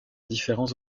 différents